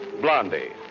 Blondie